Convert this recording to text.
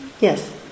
Yes